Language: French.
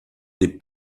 des